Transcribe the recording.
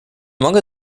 mogę